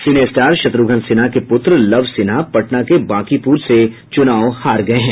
सिने star Shatrughan Sinha के पुत्र लव सिन्हा पटना के बांकीपुर से चुनाव हार गये हैं